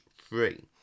three